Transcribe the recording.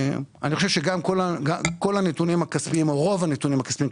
אני חושב שכל הנתונים הכספיים או רוב הנתונים הכספיים,